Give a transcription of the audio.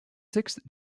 sixth